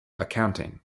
accounting